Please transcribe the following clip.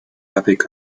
avec